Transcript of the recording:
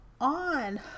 on